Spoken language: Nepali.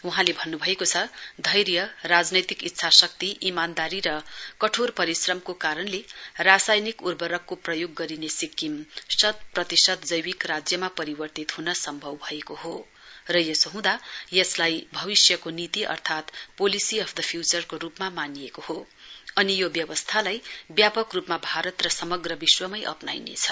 वहाँले भन्न्भएको छ धैर्य राजनैतिक इच्छाशक्ति इमानदारी र कठोर परिश्रमको कारणले रासायनिक उर्वरकको प्रयोग गरिने सिक्किम शत प्रतिशत जैविक राज्यमा परिवर्तित ह्न सम्भव भएको हो र यसो हँदा यसलाई भविष्यको नीति अर्थात पोलेसी अफ द फ्यूचर को रुपमा मानिएको हो अनि यो व्यवस्थालाई व्यापक रुपमा भारत र समग्र विश्वमै अप्नाइनेछ